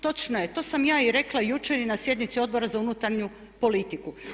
Točno je, to sam ja i rekla i jučer i na sjednici Odbora za unutarnju politiku.